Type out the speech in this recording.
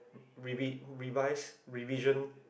revi~ revise revision